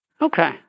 Okay